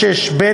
6(ב)